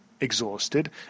exhausted